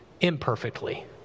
imperfectly